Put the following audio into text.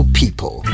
people